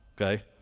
okay